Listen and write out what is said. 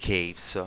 Caves